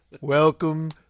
welcome